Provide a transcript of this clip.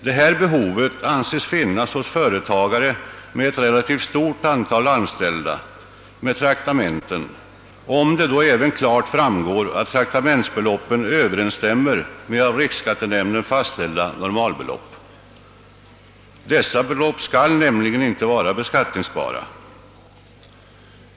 Detta behov anses finnas hos företagare med ett relativt stort antal anställda med traktamenten, om det då även klart framgår att traktamentsbeloppen överensstämmer med av riksskattenämnden fastställda normalbelopp. Dessa belopp skall nämligen inte vara beskattningsbara.